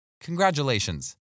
congratulations